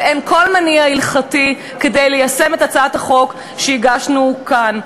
ואין כל מניעה הלכתית ליישם את הצעת החוק שהגשנו כאן.